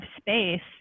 space